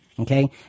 Okay